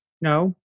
No